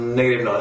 negative